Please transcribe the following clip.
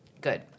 good